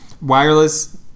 wireless